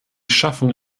schaffung